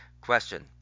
question